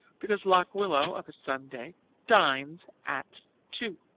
because lock willow of a sunday dines at two.